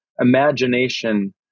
imagination